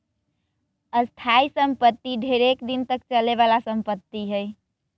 स्थाइ सम्पति ढेरेक दिन तक चले बला संपत्ति हइ